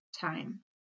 time